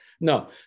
no